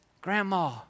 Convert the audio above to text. grandma